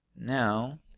Now